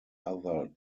other